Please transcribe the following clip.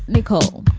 nicole.